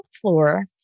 floor